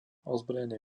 ozbrojený